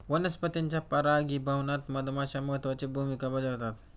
वनस्पतींच्या परागीभवनात मधमाश्या महत्त्वाची भूमिका बजावतात